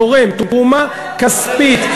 תורם תרומה כספית,